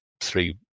three